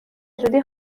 زودی